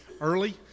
early